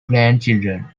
grandchildren